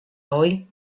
hoy